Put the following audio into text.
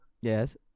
Yes